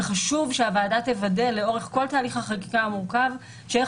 חשוב שהוועדה תוודא לאורך כל תהליך החקיקה המורכב שערך